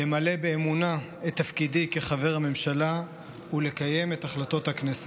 למלא באמונה את תפקידי כחבר הממשלה ולקיים את החלטות הכנסת.